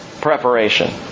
preparation